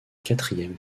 quatrième